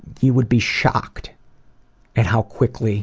you would be shocked at how quickly